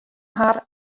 har